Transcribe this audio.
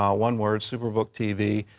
um one word, superbooktv.